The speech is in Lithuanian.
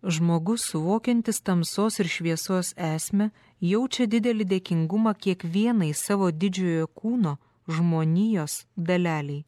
žmogus suvokiantis tamsos ir šviesos esmę jaučia didelį dėkingumą kiekvienai savo didžiojo kūno žmonijos dalelei